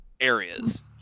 areas